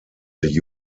the